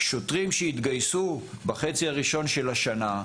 שוטרים שהתגייסו בחצי הראשון של השנה,